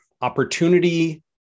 opportunity